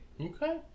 Okay